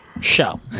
show